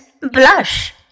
blush